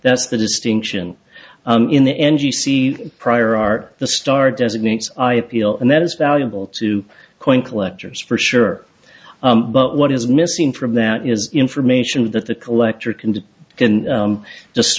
that's the distinction in the end you see the prior art the star designates i appeal and that is valuable to coin collectors for sure but what is missing from that is information that the collector can